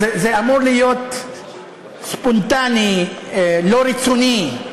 זה אמור להיות ספונטני, לא רצוני,